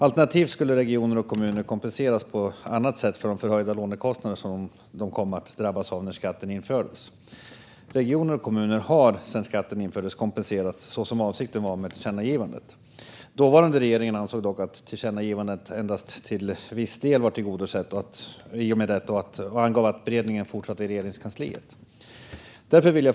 Alternativt skulle kommuner och regioner kompenseras på annat sätt för de förhöjda lånekostnader som de kom att drabbas av när skatten infördes. Kommuner och regioner har sedan skatten infördes kompenserats så som avsikten var med tillkännagivandet. Dåvarande regering ansåg dock att tillkännagivandet endast till viss del var tillgodosett i och med detta och angav att beredningen fortsatte i Regeringskansliet.